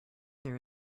there